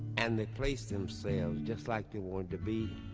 and they placed themselves just like they wanted to be